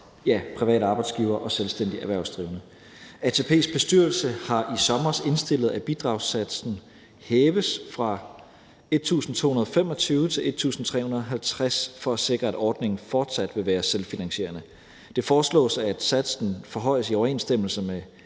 ja, private arbejdsgivere og selvstændigt erhvervsdrivende. ATP's bestyrelse indstillede i sommer, at bidragssatsen hæves fra 1.225 kr. til 1.350 kr. for at sikre, at ordningen fortsat vil være selvfinansierende. Det foreslås, at satsen forhøjes i overensstemmelse med